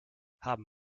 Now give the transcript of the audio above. haben